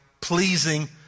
pleasing